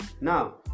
Now